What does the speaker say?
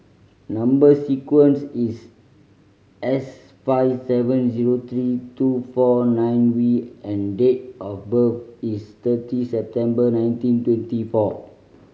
number sequence is S five seven zero three two four nine V and date of birth is thirty September nineteen twenty four